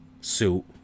suit